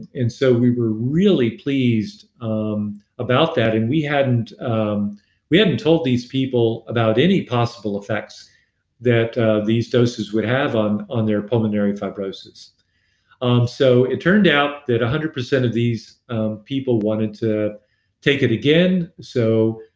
and so we were really pleased um about that and we hadn't um we hadn't told these people about any possible effects that ah these doses would have on on their pulmonary fibrosis um so it turned out that one hundred percent of these people wanted to take it again, so